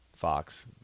Fox